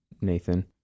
Nathan